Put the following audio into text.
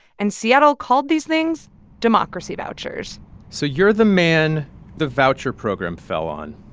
and seattle called these things democracy vouchers so you're the man the voucher program fell on?